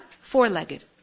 four-legged